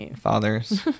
fathers